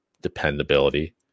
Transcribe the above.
dependability